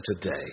today